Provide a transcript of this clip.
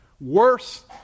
Worse